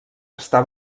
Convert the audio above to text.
està